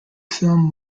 film